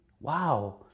wow